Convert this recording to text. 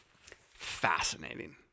Fascinating